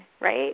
Right